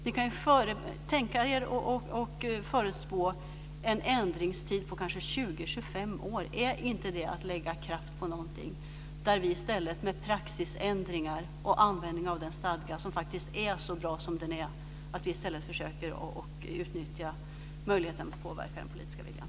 Ni kan ju tänka er och förutspå en ändringstid på kanske 20-25 år. Är inte det att lägga kraft på något där vi med praxisändringar och genom användning av den stadga som faktiskt är så bra som den är i stället kunde försöka utnyttja möjligheten att påverka den politiska viljan?